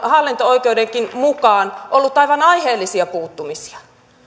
hallinto oikeudenkin mukaan ollut aivan aiheellisia puuttumisia